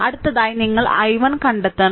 അടുത്തതായി നിങ്ങൾ i1 കണ്ടെത്തണം